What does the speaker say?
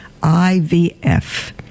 IVF